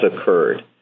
occurred